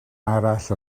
arall